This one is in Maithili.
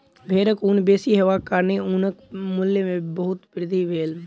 भेड़क ऊन बेसी हेबाक कारणेँ ऊनक मूल्य में बहुत वृद्धि भेल